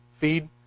feed